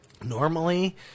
Normally